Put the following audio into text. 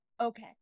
okay